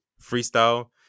Freestyle